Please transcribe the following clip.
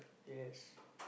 yes